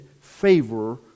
favor